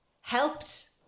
helped